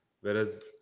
Whereas